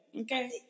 Okay